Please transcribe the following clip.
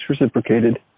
reciprocated